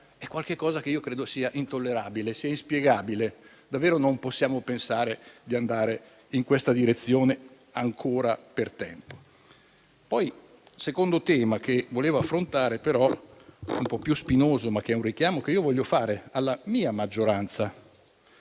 è qualcosa che ritengo intollerabile e inspiegabile. Davvero non possiamo pensare di andare in questa direzione ancora per lungo tempo. Il secondo tema che volevo affrontare è un po' più spinoso: è un richiamo che voglio fare alla mia maggioranza,